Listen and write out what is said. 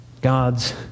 God's